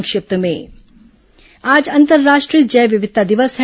संक्षिप्त समाचार आज अंतर्राष्ट्रीय जैव विविधता दिवस है